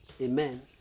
Amen